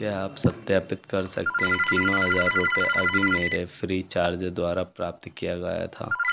क्या आप सत्यापित कर सकते हैं कि नौ हज़ार रुपये अभी मेरे फ़्रीचार्ज द्वारा प्राप्त किया गया था